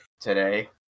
today